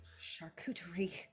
Charcuterie